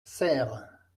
serres